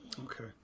Okay